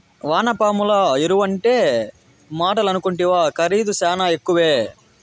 వానపాముల ఎరువంటే మాటలనుకుంటివా ఖరీదు శానా ఎక్కువే